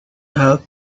help